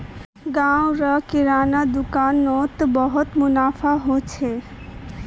गांव र किराना दुकान नोत बहुत मुनाफा हो छे